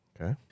Okay